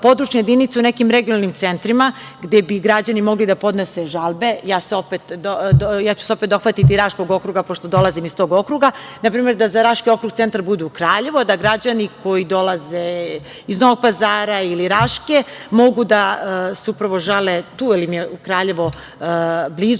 područje jedinice u nekim regionalnim centrima, gde bi građani mogli da podnose žalbe, ja ću se opet dohvatiti Raškog okruga pošto dolazim iz tog okruga, na primer da za Raški okrug centar bude u Kraljevu, a da građani koji dolaze iz Novog Pazar ili Raške mogu da se upravo žale tu jer im je Kraljevo blizu,